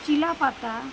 Chilapata